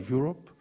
Europe